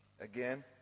again